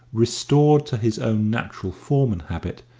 restored to his own natural form and habit,